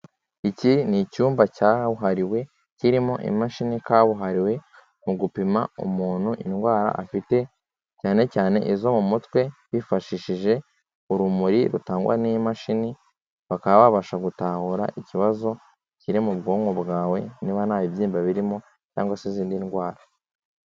iki ni icyumba cyahabuhariwe kirimo, imashini kabuhariwe mu gupima umuntu indwara afite, cyane cyane izo mu mutwe bifashishije urumuri rutangwa n'imashini, bakaba babasha gutahura ikibazo kiri mu bwonko bwawe, niba nta bibyimba birimo cyangwa se izindi ndwara.